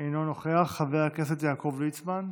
אינו נוכח, חבר הכנסת יעקב ליצמן,